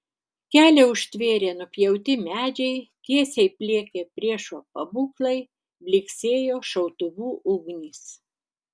kelią užtvėrė nupjauti medžiai tiesiai pliekė priešo pabūklai blyksėjo šautuvų ugnys